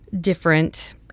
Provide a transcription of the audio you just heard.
different